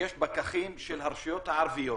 ויש פקחים של הרשויות המקומיות הערביות.